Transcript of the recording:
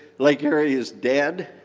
lake erie is dead.